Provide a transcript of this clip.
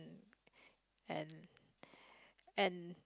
and and